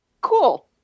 cool